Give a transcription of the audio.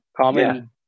Common